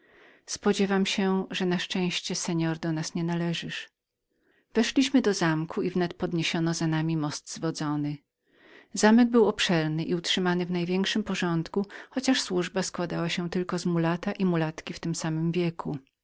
spodziewam się że na szczęście pan do nas nie należysz weszliśmy do zamku i wnet podniesiono za nami most zwodzony zamek był obszerny i utrzymywany w największym porządku chociaż służba składała się tylko z jednego młodego mulata i mulatki w tym samym wieku